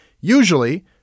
usually